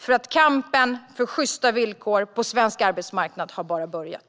Kampen för sjysta villkor på svensk arbetsmarknad har bara börjat!